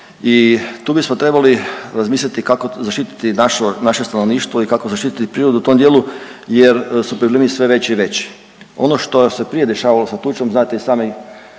i tu bismo trebali razmisliti kako zaštiti naše stanovništvo i kako zaštiti prirodu u tom dijelu jer su problemi sve veći i veći. Ono što se prije dešavalo sa tučom znate i sami